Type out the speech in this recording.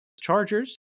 Chargers